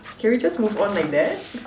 can we just move on like that